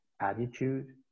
attitude